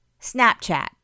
Snapchat